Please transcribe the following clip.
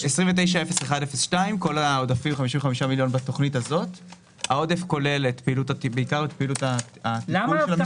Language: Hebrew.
לא מתוקצב מהקרן הזאת- -- מי